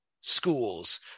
schools